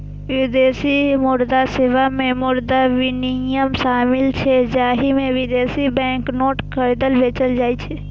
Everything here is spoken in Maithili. विदेशी मुद्रा सेवा मे मुद्रा विनिमय शामिल छै, जाहि मे विदेशी बैंक नोट खरीदल, बेचल जाइ छै